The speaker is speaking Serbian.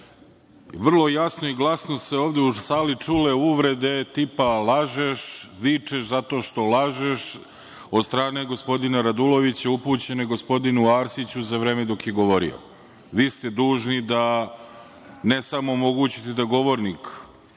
se jasno i glasno ovde u sali čule uvrede tipa – lažeš, vičeš zato što lažeš, od strane gospodina Radulovića, upućene gospodinu Arsiću za vreme dok je govori. Vi ste dužni da ne samo omogućite da govornik